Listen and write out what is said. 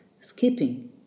skipping